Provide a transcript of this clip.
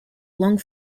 long